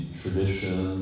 tradition